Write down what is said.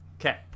Okay